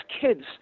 kids